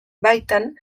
baitan